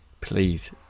please